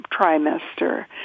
trimester